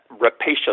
rapacious